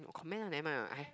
comment ah never mind what